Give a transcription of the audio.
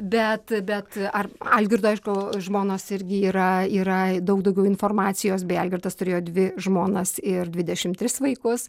bet bet ar algirdo aišku žmonos irgi yra yra daug daugiau informacijos beje algirdas turėjo dvi žmonas ir dvidešimt tris vaikus